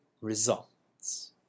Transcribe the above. results